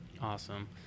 Awesome